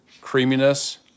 creaminess